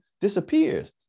disappears